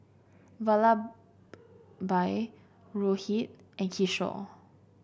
Vallabhbhai Rohit and Kishore